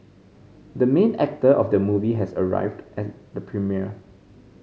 the main actor of the movie has arrived as the premiere